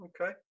Okay